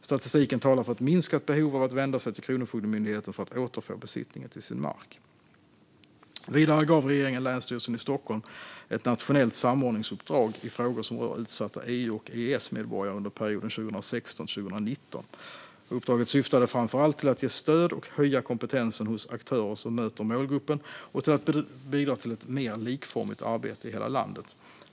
Statistiken talar för ett minskat behov av att vända sig till Kronofogdemyndigheten för att återfå besittningen till sin mark. Vidare gav regeringen Länsstyrelsen i Stockholm ett nationellt samordningsuppdrag i frågor som rör utsatta EU och EES-medborgare under perioden 2016-2019. Uppdraget syftade framför allt till att ge stöd och höja kompetensen hos aktörer som möter målgruppen och till att bidra till ett mer likformigt arbete i hela landet.